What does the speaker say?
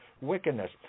wickedness